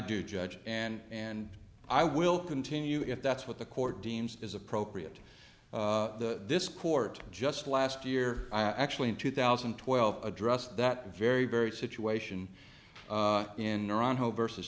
do judge and and i will continue if that's what the court deems is appropriate to this court just last year i actually in two thousand and twelve addressed that very very situation in iran hope versus